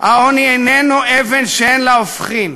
"או אבן שאין לה הופכין,